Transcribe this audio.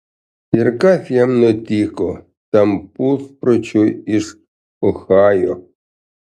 ir kas jam nutiko tam puspročiui iš ohajo